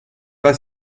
pas